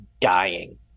dying